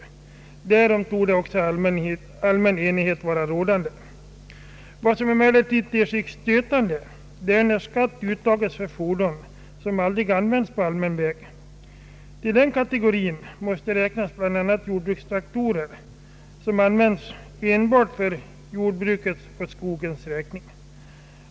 Därom torde också allmän enighet råda. Vad som emellertid ter sig stötande är att skatt uttas för fordon som aldrig används på allmän väg. Till den kategorin måste räknas bl.a. jordbrukstraktorer som används enbart för jordbrukets och skogens räkning.